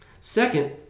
Second